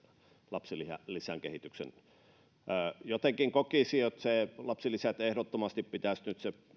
lapsilisän kehitys jotenkin kokisin että lapsilisistä ehdottomasti pitäisi nyt se